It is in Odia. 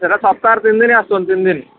ସେ ତ ସପ୍ତାହରେ ତିନିଦିନ ଆସୁଛନ୍ତି ତିନିଦିନ